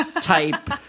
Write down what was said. type